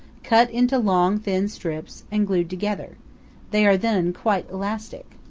cut into long thin strips, and glued together they are then quite elastic.